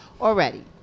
already